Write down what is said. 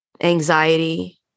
anxiety